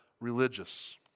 religious